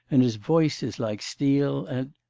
and his voice is like steel, and.